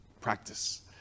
practice